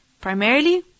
primarily